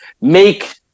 make